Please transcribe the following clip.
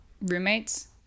roommates